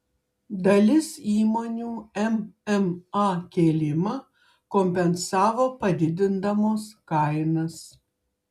dalis įmonių mma kėlimą kompensavo padidindamos kainas